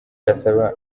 yasaba